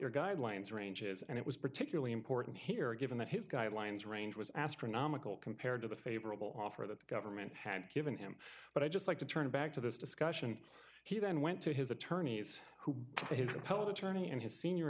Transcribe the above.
your guidelines ranges and it was particularly important here given that his guidelines range was astronomical compared to the favorable offer that the government had given him but i'd just like to turn back to this discussion he then went to his attorneys who his appellate attorney and his senior